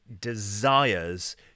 desires